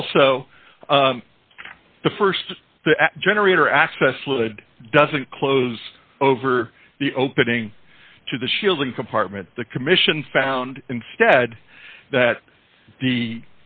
also the st generator access looted doesn't close over the opening to the shielding compartment the commission found instead that the